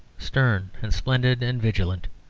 stern and splendid and vigilant,